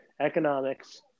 economics